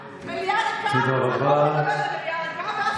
מליאה ריקה, מדבר למליאה ריקה, ואז, תודה רבה.